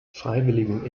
freiwilligen